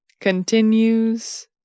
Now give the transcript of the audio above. continues